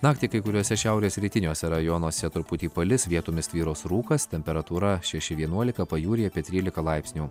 naktį kai kuriuose šiaurės rytiniuose rajonuose truputį palis vietomis tvyros rūkas temperatūra šeši vienuolika pajūryje apie trylika laipsnių